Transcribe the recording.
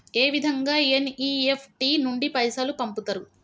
ఏ విధంగా ఎన్.ఇ.ఎఫ్.టి నుండి పైసలు పంపుతరు?